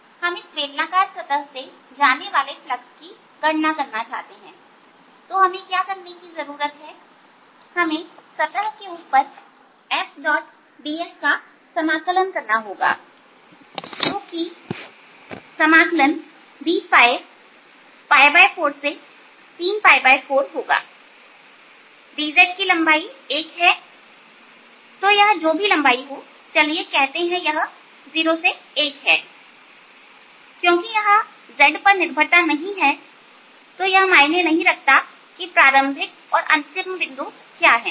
हम इस बेलनाकार सतह से जाने वाले फ्लक्स की गणना करना चाहते हैं तो हमें क्या करने की जरूरत है हमें सतह के ऊपर Fds का समाकलन करना होगा जो कि 434 dϕ होगाdz की लंबाई 1 है तो यह जो भी लंबाई हो चलिए कहते हैं कि यह 0 से 1 है क्योंकि यहां z पर निर्भरता नहीं है यह मायने नहीं रखता कि प्रारंभिक और अंतिम बिंदु क्या है